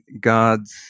God's